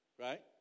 right